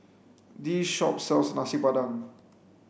this shop sells nasi padang